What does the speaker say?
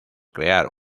crear